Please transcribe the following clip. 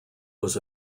was